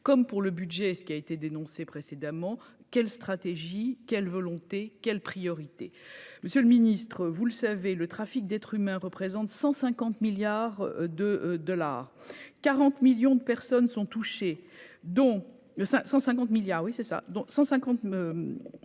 comme pour le budget, ce qui a été dénoncé précédemment quelle stratégie, quelle volonté quelle priorité Monsieur le Ministre, vous le savez, le trafic d'être s'humains représentent 150 milliards de dollars, 40 millions de personnes sont touchées, dont le cinq 150 milliards oui c'est ça dont 150 me